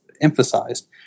emphasized